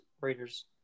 raider's